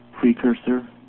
precursor